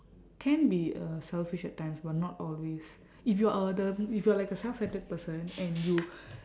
can be uh selfish at times but not always if you are a the if you are like a self centred person and you